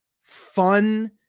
fun